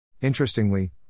Interestingly